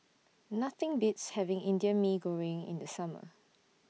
Nothing Beats having Indian Mee Goreng in The Summer